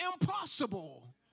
impossible